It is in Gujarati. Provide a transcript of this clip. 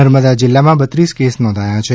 નર્મદા જીલ્લામાં બત્રીસ કેસ નોધાયા છે